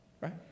Right